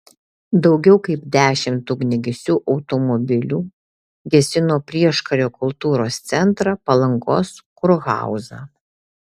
daugiau kaip dešimt ugniagesių automobilių gesino prieškario kultūros centrą palangos kurhauzą